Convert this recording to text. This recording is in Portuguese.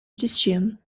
destino